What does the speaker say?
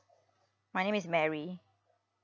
my name is mary